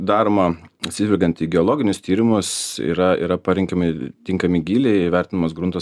daroma atsižvelgiant į geologinius tyrimus yra yra parenkami tinkami gyliai įvertinamas grunto